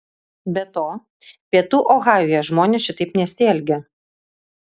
be to pietų ohajuje žmonės šitaip nesielgia